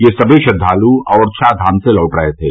यह समी श्रद्वाल् औरछा धाम से लौट रहे थे